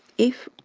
if